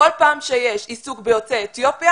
כל פעם שיש עיסוק ביוצאי אתיופיה,